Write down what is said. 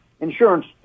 Insurance